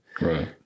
right